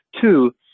Two